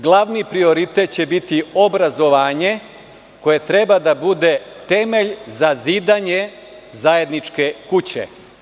Glavni prioritet će biti obrazovanje koje treba da bude temelj za zidanje zajedničke kuće.